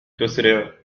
تسرع